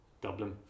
Dublin